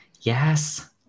yes